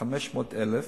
500,000